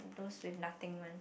those with nothing one